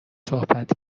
صحبت